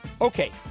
Okay